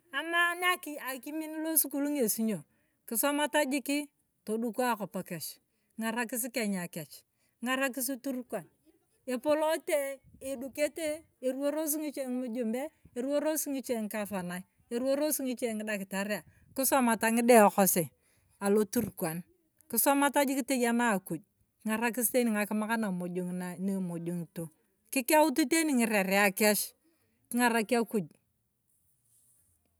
Amaana akiakimin losukul ng'esi ng'o kisomata jikii toduku akop kech king'arakasi kenya kech kangara kisi turkan. epolote edukete eroworosi ng'iche ng'imujembe e, eruwolosing'che ng'agavanae eruworosi ng'iche ng'idakitania kisomata ng'idae kosi. aloturkan. kisomata jik toyanae akuj king'arakasi teni ng'akimak namojong na naemojongito kikeutu tani ng'irerea kech king'arak akuj.